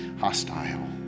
hostile